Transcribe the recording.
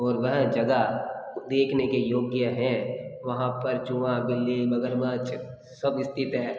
और वह जगह देखने के योग्य हैं वहाँ पर चूहा बिल्ली मगरमच्छ सब स्थित है